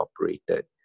operated